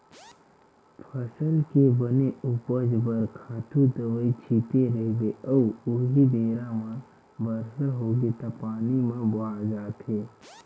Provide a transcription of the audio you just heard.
फसल के बने उपज बर खातू दवई छिते रहिबे अउ उहीं बेरा म बरसा होगे त पानी म बोहा जाथे